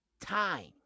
time